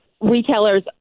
retailers